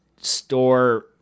store